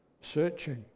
searching